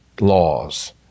laws